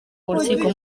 urukiko